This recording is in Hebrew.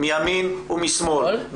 מימין ומשמאל,